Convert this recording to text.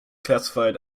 classified